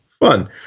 fun